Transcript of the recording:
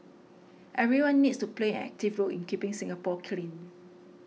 everyone needs to play an active role in keeping Singapore clean